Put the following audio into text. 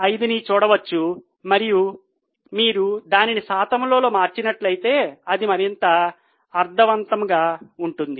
05 ని చూడవచ్చు మరియు మీరు దానిని శాతంలో మార్చినట్లయితే అది మరింత అర్ధవంతంగా ఉంటుంది